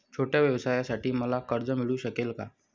छोट्या व्यवसायासाठी मला कर्ज मिळू शकेल का?